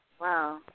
Wow